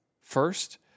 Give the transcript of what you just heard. first